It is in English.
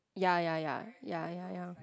ya ya ya ya ya ya